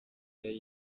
yari